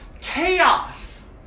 Chaos